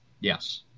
Yes